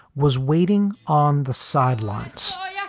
was waiting on the sidelines yeah